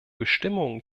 bestimmungen